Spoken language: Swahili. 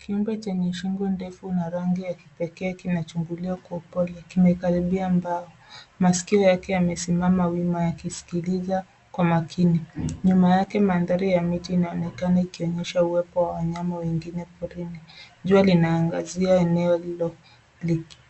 Kiumbe chenye shingo ndefu na rangi ya kipekee kinachunguliwa kwa upole kimekaribia mbao. Maskio yake yamesimama wima yakisikiliza kwa makini. Nyuma yake mandhari ya miti inaonekana ikionyesha uwepo wa wanyama wengine porini. Jua linaangazia eneo